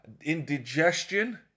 indigestion